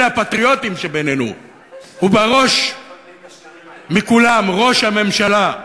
אלה הפטריוטים שבינינו, ובראש, מכולם, ראש הממשלה,